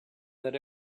that